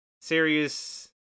serious